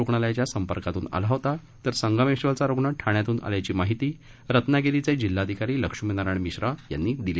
रुग्णालयाच्या संपर्कातून आला होता तर संगमेश्वरचा रुग्ण ठाण्यातून आल्याची माहिती रत्नागिरीचे जिल्हाधिकारी लक्ष्मीनारायण भिश्रा यांनी दिली